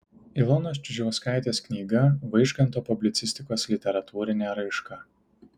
ilonos čiužauskaitės knyga vaižganto publicistikos literatūrinė raiška